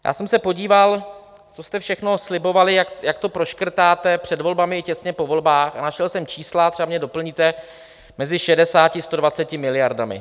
Já jsem se podíval, co jste všechno slibovali, jak to proškrtáte, před volbami i těsně po volbách, a našel jsem čísla třeba mě doplňte mezi 60 a 120 miliardami.